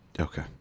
Okay